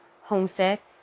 homesick